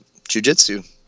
jujitsu